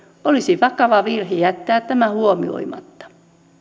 olisi vakava virhe jättää tämä huomioimatta